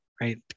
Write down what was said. Right